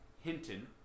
Hinton